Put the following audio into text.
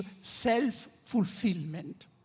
self-fulfillment